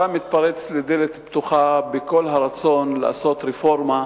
שאתה מתפרץ לדלת פתוחה בכל הרצון לעשות רפורמה